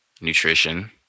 nutrition